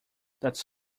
that’s